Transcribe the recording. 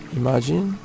imagine